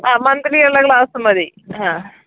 ആ മന്ത്ലിയുള്ള ക്ലാസ് മതി ആ